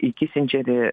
į kisindžerį